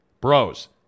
bros